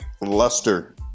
Luster